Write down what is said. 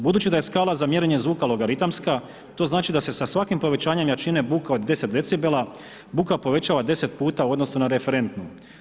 Budući da je skala za mjerenje zvuka logaritamska to znači da se sa svakim povećanjem jačine buke od 10 decibela buka povećava 10 puta u odnosu na referentnu.